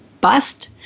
bust